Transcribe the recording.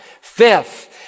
Fifth